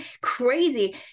crazy